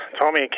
Tommy